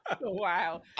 Wow